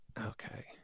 Okay